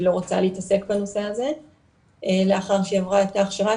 לא רוצה להתעסק בנושא הזה לאחר שהיא עברה את ההכשרה.